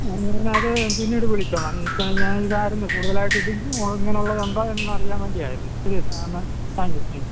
ഞാൻ അത് പിന്നീട് വിളിച്ചോളാം ഇപ്പം ഞാനിതായിരുന്നു കൂടുതലായിട്ടിട്ടിരിക്കും ഓ ഇങ്ങനുള്ളതുണ്ടോ എന്നറിയാൻ വേണ്ടിയായിരുന്നു ഓ സാർന് താങ്ക് യൂ താങ്ക് യൂ